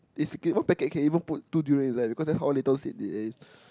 basically one packet can even put two durian inside because that's how little seed there is